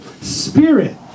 spirit